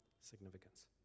significance